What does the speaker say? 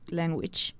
language